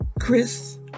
Chris